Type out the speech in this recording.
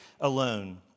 alone